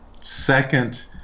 second